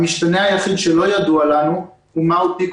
המשתנה היחיד שלא ידוע לנו הוא מהו *P,